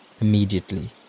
immediately